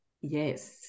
yes